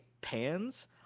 pans